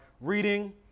reading